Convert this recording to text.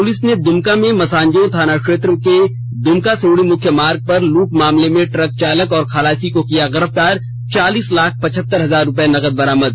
police ने दुमका में मसानजोर थाना क्षेत्र के दुमका सिउड़ी मुख्य मार्ग पर लूट मामले में ट्रक चालक और खलासी को किया गिरफ्तार चार्लीस लाख पचहत्तर हजार रूपये नगद बरामद